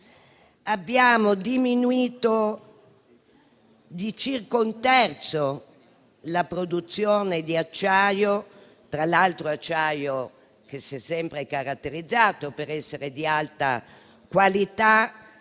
Abbiamo diminuito di circa un terzo la produzione di acciaio - tra l'altro, parliamo di acciaio che si è sempre caratterizzato per essere di alta qualità